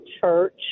church